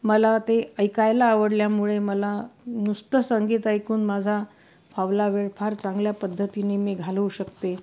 मला ते ऐकायला आवडल्यामुळे मला नुसतं संगीत ऐकून माझा फावला वेळ फार चांगल्या पद्धतीने मी घालवू शकते